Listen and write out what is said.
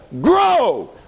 grow